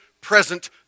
present